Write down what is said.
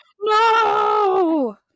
No